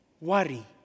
worry